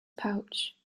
pouch